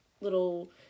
little